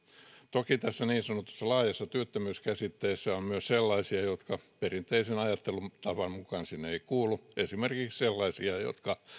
toki tässä niin sanotussa laajassa työttömyyskäsitteessä on myös sellaisia jotka perinteisen ajattelutavan mukaan eivät sinne kuulu esimerkiksi sellaisia jotka